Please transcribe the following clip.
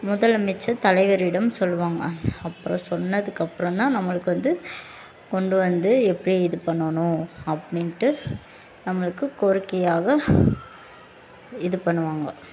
முதலமைச்சர் தலைவரிடம் சொல்வாங்க அந்த அப்புறம் சொன்னதுக்கப்பறம் தான் நம்மளுக்கு வந்து கொண்டு வந்து எப்படி இது பண்ணணும் அப்படின்ட்டு நம்மளுக்கு கோரிக்கையாக இது பண்ணுவாங்க